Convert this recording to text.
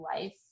life